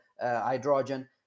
hydrogen